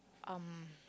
um